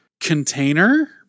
container